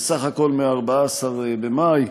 בסך הכול מ-14 במאי,